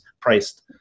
priced